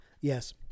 Yes